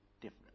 different